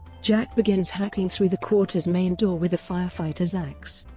jack begins hacking through the quarters' main door with a firefighter's axe.